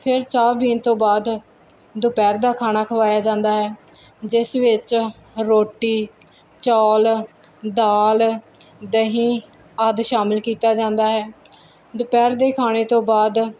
ਫੇਰ ਚਾਹ ਪੀਣ ਤੋਂ ਬਾਅਦ ਦੁਪਹਿਰ ਦਾ ਖਾਣਾ ਖਵਾਇਆ ਜਾਂਦਾ ਹੈ ਜਿਸ ਵਿੱਚ ਰੋਟੀ ਚੌਲ ਦਾਲ ਦਹੀਂ ਆਦਿ ਸ਼ਾਮਿਲ ਕੀਤਾ ਜਾਂਦਾ ਹੈ ਦੁਪਹਿਰ ਦੇ ਖਾਣੇ ਤੋਂ ਬਾਅਦ